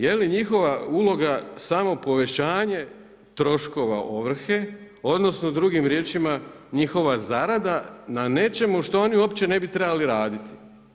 Jeli njihova uloga samo povećanje troškova ovrhe odnosno drugim riječima njihova zarada na nečemu što oni uopće ne bi trebali raditi?